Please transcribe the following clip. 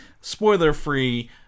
spoiler-free